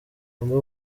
humble